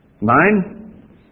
Nine